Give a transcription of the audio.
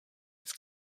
his